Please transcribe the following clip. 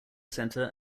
center